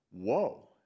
Whoa